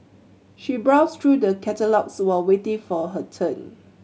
she browsed through the catalogues while waiting for her turn